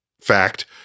fact